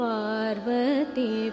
Parvati